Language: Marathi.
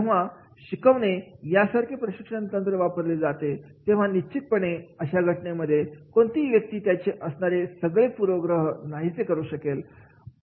जेव्हा शिकवणे यासारखे प्रशिक्षण तंत्र वापरले जाते तेव्हा निश्चितपणे अशा घटनेमध्ये कोणती ही व्यक्ती त्याचे असणारे सगळे पूर्वग्रह नाहीसे करू शकेल